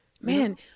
man